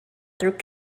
through